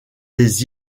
des